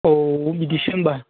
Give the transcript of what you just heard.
औ बिदिसो होनबा